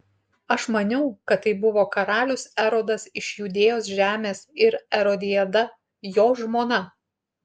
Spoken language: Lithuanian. aš maniau kad tai buvo karalius erodas iš judėjos žemės ir erodiada jo žmona